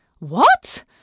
What